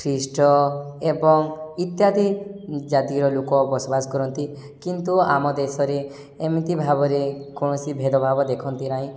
ଖ୍ରୀଷ୍ଟ ଏବଂ ଇତ୍ୟାଦି ଜାତିର ଲୋକ ବସବାସ କରନ୍ତି କିନ୍ତୁ ଆମ ଦେଶରେ ଏମିତି ଭାବରେ କୌଣସି ଭେଦଭାବ ଦେଖନ୍ତି ନାହିଁ